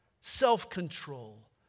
self-control